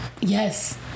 Yes